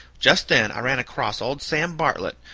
just then i ran across old sam bartlett,